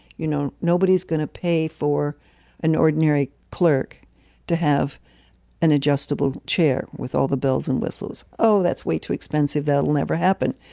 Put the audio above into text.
you know, nobody's going to pay for an ordinary clerk to have an adjustable chair with all the bells and whistles. oh, that's way too expensive. that'll never happen.